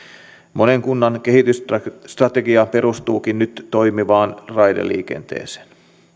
monen kunnan kehitysstrategia perustuukin nyt toimivaan raideliikenteeseen